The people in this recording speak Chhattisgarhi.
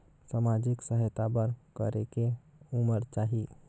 समाजिक सहायता बर करेके उमर चाही?